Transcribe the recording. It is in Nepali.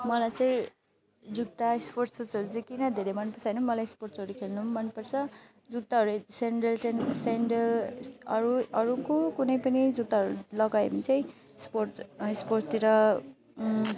मलाई चाहिँ जुत्ता स्पोर्ट्स सुजहरू चाहिँ किन धेरै मनपर्छ भने मलाई स्पोर्ट्सहरू खेल्नु पनि मनपर्छ जुत्ताहरू स्यान्डल चाहिँ स्यान्डल अरू अरूको कुनै पनि जुत्ताहरू लगायो भने चाहिँ स्पोर्ट्स स्पोर्ट्सतिर